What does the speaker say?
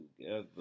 together